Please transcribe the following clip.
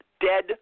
dead